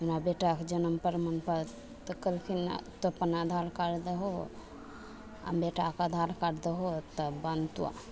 हमरा बेटाके जनम प्रमाणपत्र तऽ कहलखिन तोँ अपन आधार कार्ड दहो आओर बेटाके आधार कार्ड दहो तब बनतऽ